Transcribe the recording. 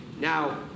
Now